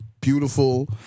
Beautiful